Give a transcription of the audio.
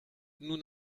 nous